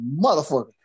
motherfucker